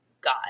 God